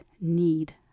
need